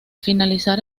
finalizar